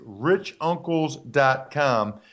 richuncles.com